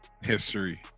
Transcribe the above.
history